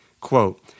quote